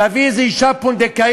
תביא איזו אישה פונדקאית,